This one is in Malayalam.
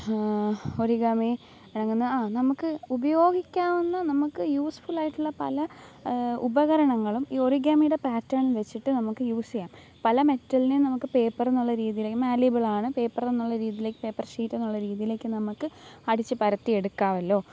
ഒറിഗാമി അടങ്ങുന്ന അ നമുക്ക് ഉപയോഗിക്കാവുന്ന നമുക്ക് യൂസ്ഫുൾ ആയിട്ടുള്ള പല ഉപകരണങ്ങളും ഈ ഒറിഗാമിയുടെ പാറ്റേൺ വെച്ചിട്ട് നമുക്ക് യൂസ് ചെയ്യാം പല മെറ്റൽനെയും നമുക്ക് പേപ്പറിൽ നിന്നുള്ള രീതിയിൽ മാല്യബിളാണ് പേപ്പറെന്നുള്ള രീതിയിലേക്ക് പേപ്പർ ഷീറ്റ് എന്നുള്ള രീതിയിലേക്ക് നമുക്ക് അടിച്ച് പരത്തി എടുക്കാമല്ലൊ